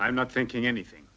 am not thinking anything